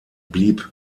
blieb